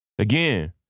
Again